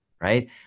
right